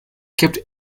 kept